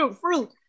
fruit